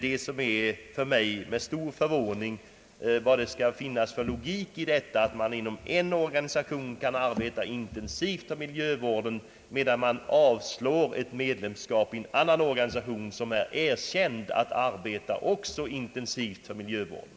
Med stor förvåning frågar jag därför vad det finns för logik i att man kan arbeta intensivt för miljövård inom en orga nisation medan medlemskap avslås beträffande en annan organisation som också erkänts arbeta intensivt för miljövården.